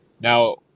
Now